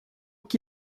que